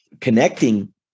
connecting